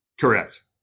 Correct